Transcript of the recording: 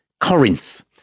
Corinth